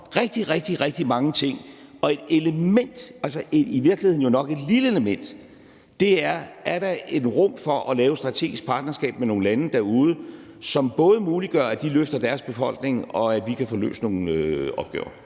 om rigtig, rigtig mange ting. Et element – i virkeligheden jo nok et lille element – er spørgsmålet om, om der er et spillerum til at lave et strategisk partnerskab med nogle lande derude, som både muliggør, at de løfter deres befolkning, og at vi kan få løst nogle opgaver.